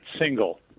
single